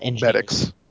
Medics